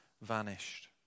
vanished